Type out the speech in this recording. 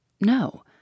No